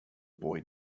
boy